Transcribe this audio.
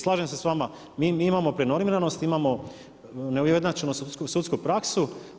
Slažem se sa vama mi imamo prenormiranost, imamo neujednačenu sudsku praksu.